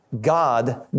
God